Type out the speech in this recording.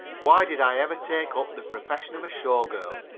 why did i ever take up the profession of a show girl?